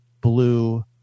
blue